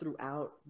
throughout